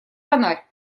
фонарь